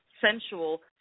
sensual